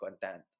content